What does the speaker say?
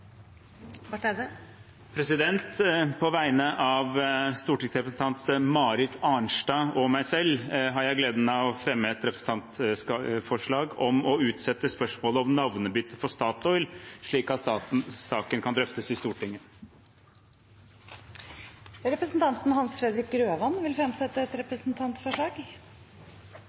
Barth Eide vil fremsette et representantforslag. På vegne av stortingsrepresentantene Marit Arnstad og meg selv har jeg gleden av å fremme et representantforslag om å utsette spørsmålet om navnebytte for Statoil, slik at saken kan drøftes i Stortinget. Representanten Hans Fredrik Grøvan vil fremsette et representantforslag.